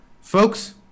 Folks